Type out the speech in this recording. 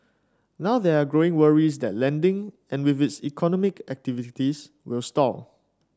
now there are growing worries that lending and with it economic activities will stall